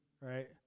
right